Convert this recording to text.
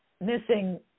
missing